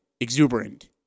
exuberant